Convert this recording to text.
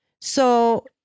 So-